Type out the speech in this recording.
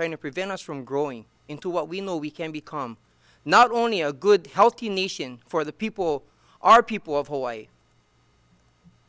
trying to prevent us from growing into what we know we can become not only a good healthy nation for the people are people of hawaii